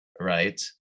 right